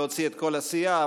להוציא את כל הסיעה,